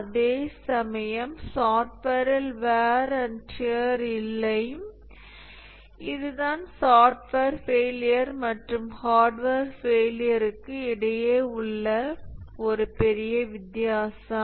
அதேசமயம் சாஃப்ட்வேரில் wear and tear இல்லை இதுதான் சாஃப்ட்வே ஃபெயிலியர் மற்றும் ஹார்ட்வேர் ஃபெயிலியர்க்கு இடையே உள்ள ஒரு பெரிய வித்தியாசம்